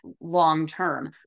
long-term